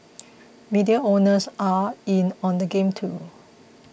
media owners are in on the game too